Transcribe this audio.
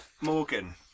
Morgan